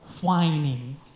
whining